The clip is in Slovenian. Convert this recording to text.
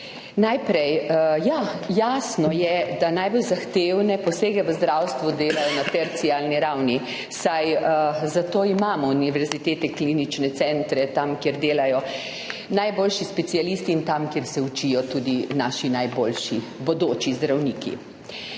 Najprej, ja, jasno je, da najbolj zahtevne posege v zdravstvu delajo na terciarni ravni, saj zato imamo univerzitetne klinične centre, kjer delajo najboljši specialisti in kjer se učijo tudi naši najboljši bodoči zdravniki.